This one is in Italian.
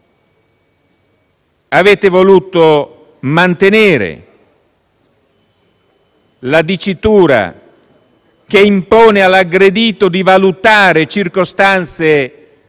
Avete voluto mantenere la dicitura che impone all'aggredito di valutare circostanze